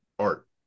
art